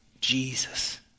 Jesus